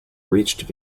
reached